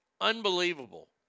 Unbelievable